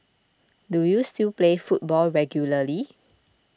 do you still play football regularly